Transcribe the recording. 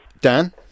Dan